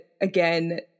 again